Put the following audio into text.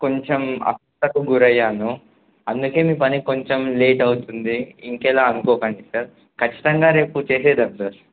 కొంచెం అనారోగ్యానికి గురయ్యాను అందుకే మీ పని కొంచెం లేట్ అవుతుంది ఇంకెలా అనుకోకండి సార్ ఖచ్చితంగా రేపు చేసేద్దాం సార్